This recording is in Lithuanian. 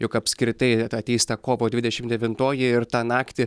jog apskritai ateis ta kovo dvidešim devintoji ir tą naktį